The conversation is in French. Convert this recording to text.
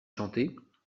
chanter